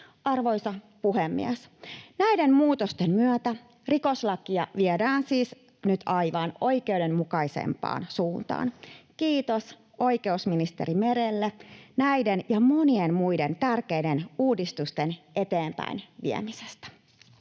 Arvoisa puhemies! Näiden muutosten myötä rikoslakia viedään siis nyt oikeudenmukaisempaan suuntaan. Kiitos oikeusministeri Merelle näiden ja monien muiden tärkeiden uudistusten eteenpäin viemisestä.